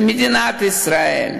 למדינת ישראל.